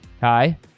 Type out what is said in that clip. hi